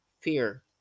fear